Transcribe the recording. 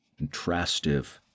contrastive